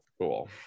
Cool